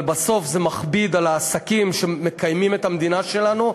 אבל בסוף זה מכביד על העסקים שמקיימים את המדינה שלנו,